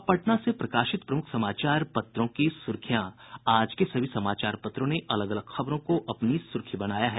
अब पटना से प्रकाशित प्रमुख समाचार पत्रों की सुर्खियां आज के सभी समाचार पत्रों ने अलग अलग खबरों को अपनी सुर्खी बनाया है